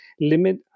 limit